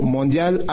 Mondial